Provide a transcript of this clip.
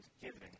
giving